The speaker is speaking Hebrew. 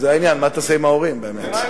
זה העניין, מה תעשה עם ההורים באמת?